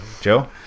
Joe